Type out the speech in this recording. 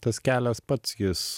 tas kelias pats jis